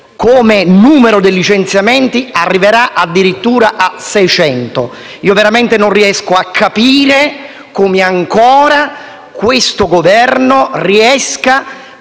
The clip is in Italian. il numero dei licenziamenti arriverà addirittura a 600. Davvero non riesco a capire come ancora questo Governo riesca